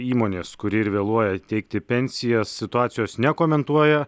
įmonės kuri ir vėluoja teikti pensijas situacijos nekomentuoja